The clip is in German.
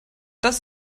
das